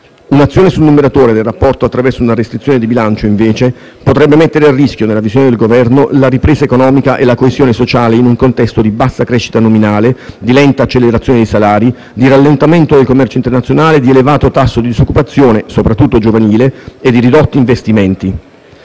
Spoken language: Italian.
Un'azione sul numeratore del rapporto attraverso una restrizione di bilancio, invece, potrebbe mettere a rischio, nella visione del Governo, la ripresa economica e la coesione sociale in un contesto di bassa crescita nominale, di lenta accelerazione dei salari, di rallentamento del commercio internazionale, di elevato tasso di disoccupazione - soprattutto giovanile - e di ridotti investimenti.